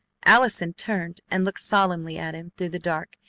allison turned and looked solemnly at him through the dark,